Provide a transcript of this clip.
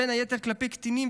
בין היתר כלפי קטינים,